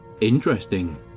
Interesting